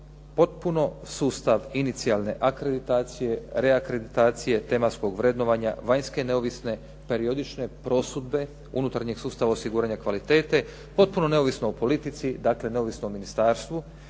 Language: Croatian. potpuno sustav inicijalne akreditacije, reakreditacije, tematskog vrednovanja, vanjske neovisne periodične prosudbe unutarnjeg sustava osiguranja kvalitete, potpuno neovisno o politici, dakle neovisno o ministarstvu.